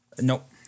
Nope